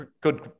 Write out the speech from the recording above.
good